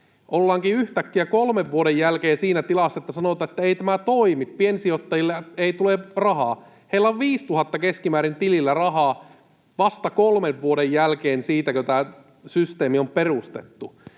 ollaankin yhtäkkiä kolmen vuoden jälkeen siinä tilassa, että sanotaan, että ei tämä toimi ja piensijoittajille ei tule rahaa. Heillä on 5 000 keskimäärin tilillä rahaa vasta kolmen vuoden jälkeen siitä, kun tämä systeemi on perustettu